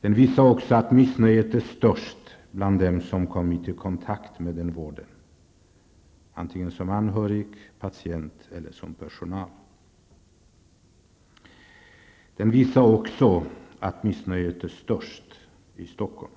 Den visar också att missnöjet är störst bland dem som har kommit i kontakt med den vården, antingen som anhörig, patient eller personal. Den visar vidare att missnöjet är störst i Stockholm.